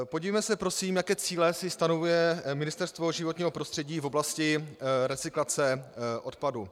Podívejme se prosím, jaké cíle si stanovuje Ministerstvo životního prostředí v oblasti recyklace odpadu.